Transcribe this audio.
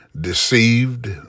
deceived